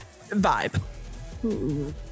vibe